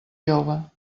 jove